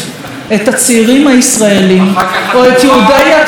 הצעירים הישראלים או את יהודי התפוצות,